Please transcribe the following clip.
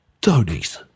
Tony's